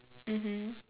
mmhmm